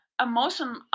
Emotion